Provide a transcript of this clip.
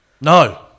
No